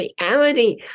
reality